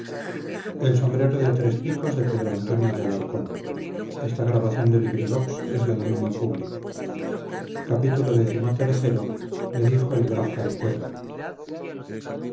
su sombrero de tres picos y sus patas de